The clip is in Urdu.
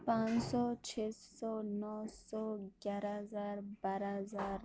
پانچ سو چھ سو نو سو گیارہ ہزار بارہ ہزار